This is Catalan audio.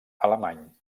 alemany